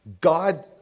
God